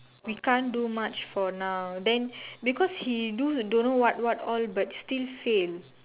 we can't do much for now then because he do don't know what what all but still fail